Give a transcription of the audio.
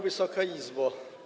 Wysoka Izbo!